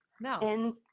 No